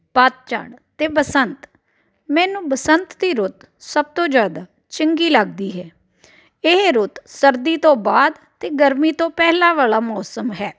ਪਤਝੜ ਅਤੇ ਬਸੰਤ ਮੈਨੂੰ ਬਸੰਤ ਦੀ ਰੁੱਤ ਸਭ ਤੋਂ ਜ਼ਿਆਦਾ ਚੰਗੀ ਲੱਗਦੀ ਹੈ ਇਹ ਰੁੱਤ ਸਰਦੀ ਤੋਂ ਬਾਅਦ ਅਤੇ ਗਰਮੀ ਤੋਂ ਪਹਿਲਾਂ ਵਾਲਾ ਮੌਸਮ ਹੈ